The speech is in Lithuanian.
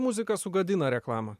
muzika sugadina reklamą